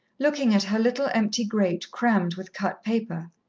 looking at her little empty grate crammed with cut paper.